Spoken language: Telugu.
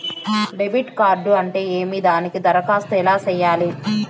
డెబిట్ కార్డు అంటే ఏమి దానికి దరఖాస్తు ఎలా సేయాలి